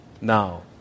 now